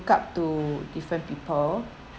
up to different people